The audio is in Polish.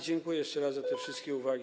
dziękuję jeszcze raz za te wszystkie uwagi.